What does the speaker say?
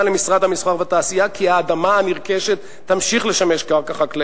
למשרד המסחר והתעשייה שהאדמה הנרכשת תמשיך לשמש קרקע חקלאית.